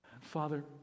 Father